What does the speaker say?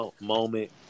moment